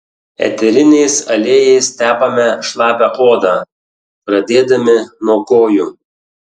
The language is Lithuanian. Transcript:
eteriniais aliejais tepame šlapią odą pradėdami nuo kojų